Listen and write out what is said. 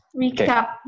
recap